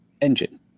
engine